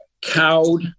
cowed